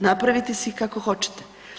Napravite si kako hoćete.